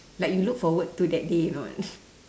like you look forward to that day or not